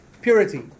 purity